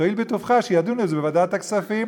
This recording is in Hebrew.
תואיל בטובך לדאוג שידונו בזה בוועדת הכספים?